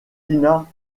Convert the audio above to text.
tina